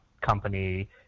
company